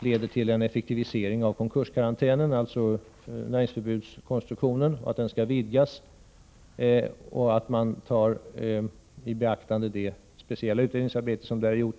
leder till en effektivisering av konkurskarantänen, dvs. näringsförbudskonstruktionen. Den skall vidgas, och man skall beakta det speciella utredningsarbete som är gjort.